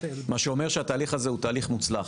מה שאומר שהתהליך הזה הוא מוצלח.